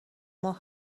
ماه